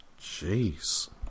Jeez